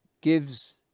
gives